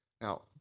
Now